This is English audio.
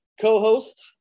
co-host